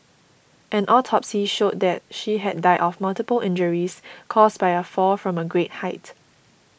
an autopsy showed that she had died of multiple injuries caused by a fall from a great height